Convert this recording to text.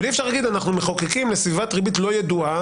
אבל אי אפשר להגיד שאנחנו מחוקקים בסביבת ריבית לא ידועה,